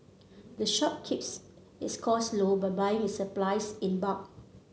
the shop keeps its cost low by buying its supplies in bulk